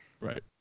Right